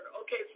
Okay